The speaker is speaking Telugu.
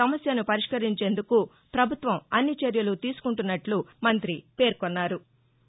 సమస్యను పరిష్కరించేందుకు ప్రభుత్వం అన్ని చర్యలు తీసుకుంటున్నట్లు మంగ్రి పేర్కొన్నారు